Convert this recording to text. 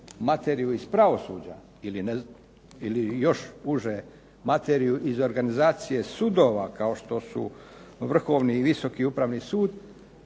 materiju iz pravosuđa ili još uže materiju iz organizacije sudova kao što su Vrhovni i Visoki upravni sud